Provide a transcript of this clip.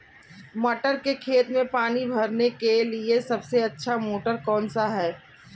मटर के खेत में पानी भरने के लिए सबसे अच्छा मोटर कौन सा है?